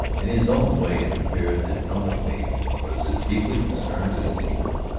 in his own way, it appeared that elmer page was as deeply concerned as any one.